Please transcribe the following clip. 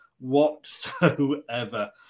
Whatsoever